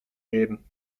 reden